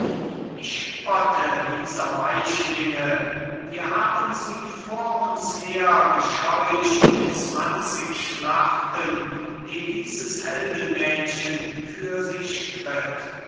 ich spotte dieser weichlinge wir haben sie vor uns her gescheucht in zwanzig schlachten eh dieses heldenmädchen für sie stritt